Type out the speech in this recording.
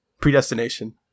predestination